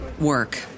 work